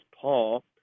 Paul